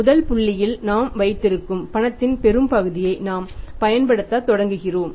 முதல் புள்ளியில் நாம் வைத்திருக்கும் பணத்தின் பெரும்பகுதியை நாம் பயன்படுத்தத் தொடங்குகிறோம்